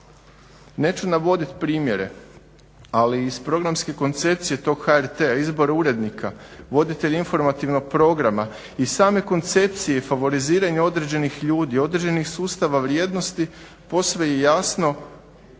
Neću navoditi primjere ali iz programske koncepcije tog HRT-a izbor urednika, voditelja informativnog programa i same koncepcije favoriziranju određenih ljudi, određenih sustava vrijednosti posve je jasno